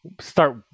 start